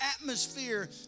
atmosphere